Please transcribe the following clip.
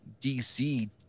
DC